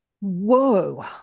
Whoa